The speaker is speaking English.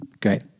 Great